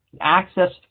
access